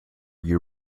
you